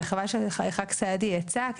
וחבל שח"כ סעדי יצא,